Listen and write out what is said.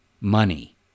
money